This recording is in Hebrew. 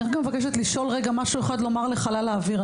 אני רק מבקשת לשאול רגע משהו אחד לומר לחלל האוויר.